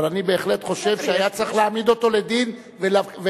אבל אני בהחלט חושב שהיה צריך להעמיד אותו לדין ולבקש,